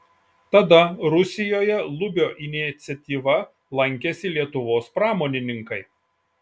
tada rusijoje lubio iniciatyva lankėsi lietuvos pramonininkai